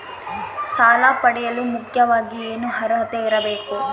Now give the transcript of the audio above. ಸಾಲ ಪಡೆಯಲು ಮುಖ್ಯವಾಗಿ ಏನು ಅರ್ಹತೆ ಇರಬೇಕು?